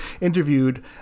interviewed